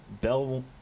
Bell